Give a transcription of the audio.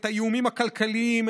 את האיומים הכלכליים,